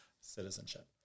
citizenship